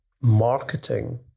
marketing